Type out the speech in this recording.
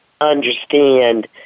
understand